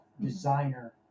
designer